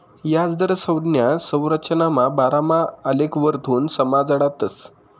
याजदर संज्ञा संरचनाना बारामा आलेखवरथून समजाडतस